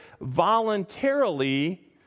voluntarily